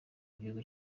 gihugu